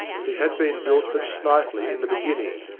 it had been built but slightly in the beginning,